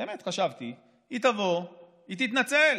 באמת, חשבתי שהיא תבוא והיא תתנצל,